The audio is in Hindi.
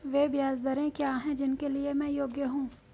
वे ब्याज दरें क्या हैं जिनके लिए मैं योग्य हूँ?